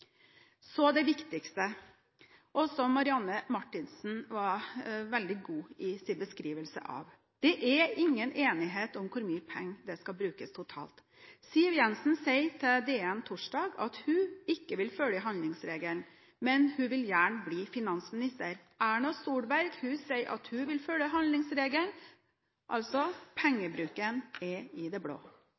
Så det viktigste, og som Marianne Marthinsen beskrev veldig godt: Det er ingen enighet om hvor mye penger det skal brukes totalt. Siv Jensen sa til DN torsdag at hun ikke ville følge handlingsregelen – men hun vil gjerne bli finansminister. Erna Solberg sier at hun vil følge handlingsregelen. Pengebruken er altså i det blå.